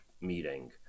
meeting